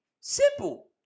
Simple